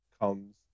comes